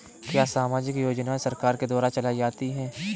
क्या सामाजिक योजनाएँ सरकार के द्वारा चलाई जाती हैं?